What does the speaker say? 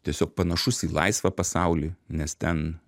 tiesiog panašus į laisvą pasaulį nes ten